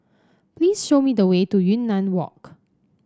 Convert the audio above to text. please show me the way to Yunnan Walk